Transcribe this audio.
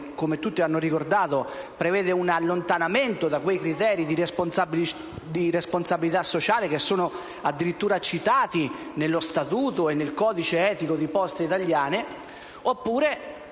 come tutti hanno ricordato, prevede un allontanamento da quei criteri di responsabilità sociale che sono addirittura citati nello statuto e nel codice etico di Poste italiane o se